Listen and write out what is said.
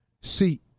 See